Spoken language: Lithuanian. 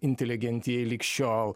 inteligentijai lig šiol